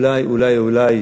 אולי, אולי